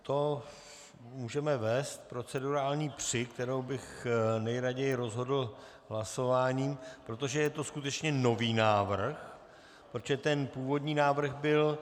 To můžeme vést procedurální při, kterou bych nejraději rozhodl hlasováním, protože to je skutečně nový návrh, protože ten původní návrh byl...